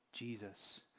Jesus